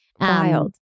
Wild